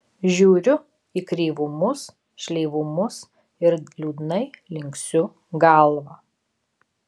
žiūriu į kreivumus šleivumus ir liūdnai linksiu galvą